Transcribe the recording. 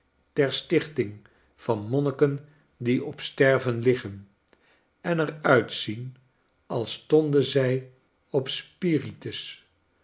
ter stichting van monniken die op sterven liggen en er uitzien als stonden zij op spiritus